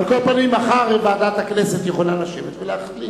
על כל פנים, מחר ועדת הכנסת יכולה לשבת ולהחליט.